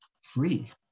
free